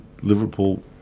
Liverpool